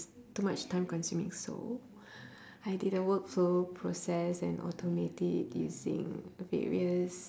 too much time consuming so I did a workflow process and automate it using various